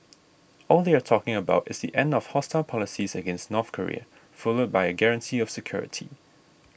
all they are talking about is the end of hostile policies against North Korea followed by a guarantee of security